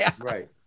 Right